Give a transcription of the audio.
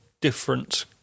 different